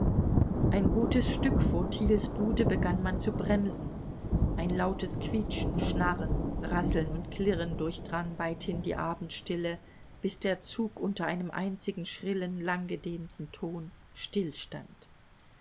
ein gutes stück vor thiels bude begann man zu bremsen ein lautes quietschen schnarren rasseln und klirren durchdrang weithin die abendstille bis der zug unter einem einzigen schrillen langgedehnten ton stillstand